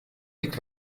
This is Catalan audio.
dic